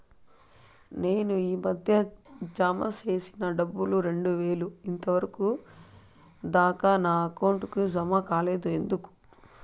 నేను ఈ మధ్య జామ సేసిన డబ్బులు రెండు వేలు ఇంతవరకు దాకా నా అకౌంట్ కు జామ కాలేదు ఎందుకు?